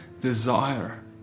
desire